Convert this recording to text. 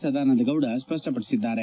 ಸದಾನಂದ ಗೌಡ ಸ್ಪಷ್ಟಪಡಿಸಿದ್ದಾರೆ